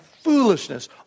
foolishness